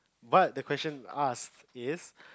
but the question ask is